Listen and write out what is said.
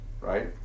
right